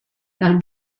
dal